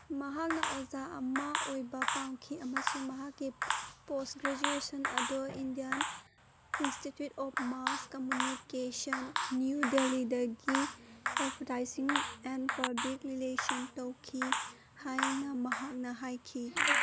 ꯃꯍꯥꯛꯅ ꯑꯣꯖꯥ ꯑꯃ ꯑꯣꯏꯕ ꯄꯥꯝꯈꯤ ꯑꯃꯁꯨꯡ ꯃꯍꯥꯛꯀꯤ ꯄꯣꯁ ꯒ꯭ꯔꯦꯖꯨꯋꯦꯁꯟ ꯑꯗꯣ Indian institute of mass communication new ꯗꯦꯜꯂꯤꯗꯒꯤ ꯑꯦꯚꯔꯇꯥꯏꯖꯤꯡ ꯑꯦꯟ ꯄꯕ꯭ꯂꯤꯛ ꯔꯤꯂꯦꯁꯟ ꯇꯧꯈꯤ ꯍꯥꯏꯅ ꯃꯍꯥꯛꯅ ꯍꯥꯏꯈꯤ